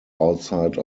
outside